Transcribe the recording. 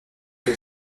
que